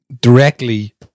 directly